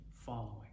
following